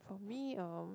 for me um